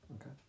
Okay